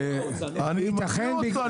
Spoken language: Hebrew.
אני מכיר אותו,